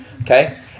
okay